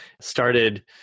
started